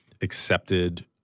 accepted